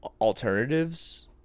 alternatives